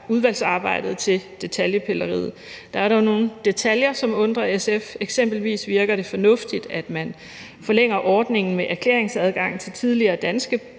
udvalgsarbejdet til detaljepilleriet. Der er dog nogle detaljer, som undrer SF. Eksempelvis virker det fornuftigt, at man forlænger ordningen med erklæringsadgang til tidligere danske